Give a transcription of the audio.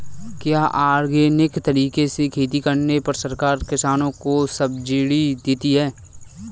क्या ऑर्गेनिक तरीके से खेती करने पर सरकार किसानों को सब्सिडी देती है?